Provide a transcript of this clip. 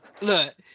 Look